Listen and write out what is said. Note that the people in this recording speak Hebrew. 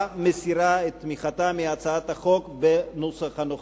מסירה את תמיכתה מהצעת החוק בנוסח הנוכחי.